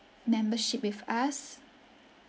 membership with us